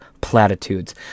platitudes